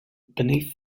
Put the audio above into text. beneath